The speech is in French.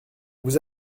vous